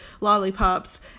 lollipops